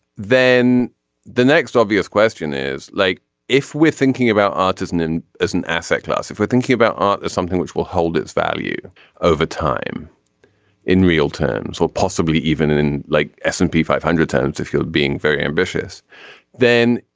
then the next obvious question is like if we're thinking about autism then as an asset class if we're thinking about ah something which will hold its value over time in real terms or possibly even in in like s and p five hundred times if you're being very ambitious then.